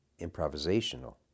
improvisational